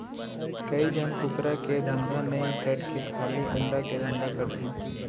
कइ झन कुकरा के धंधा नई करके खाली अंडा के धंधा करथे